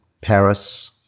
Paris